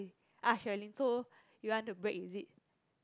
ask Sherilyn so you want to break is it